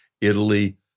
Italy